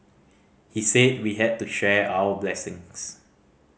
he said we had to share our blessings